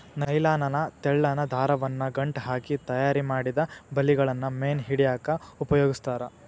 nylon ನ ತೆಳ್ಳನ ದಾರವನ್ನ ಗಂಟ ಹಾಕಿ ತಯಾರಿಮಾಡಿದ ಬಲಿಗಳನ್ನ ಮೇನ್ ಹಿಡ್ಯಾಕ್ ಉಪಯೋಗಸ್ತಾರ